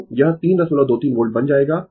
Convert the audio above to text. तो यह 323 वोल्ट बन जाएगा